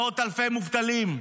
מאות אלפי מובטלים,